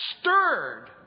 stirred